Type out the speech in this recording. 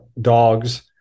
dogs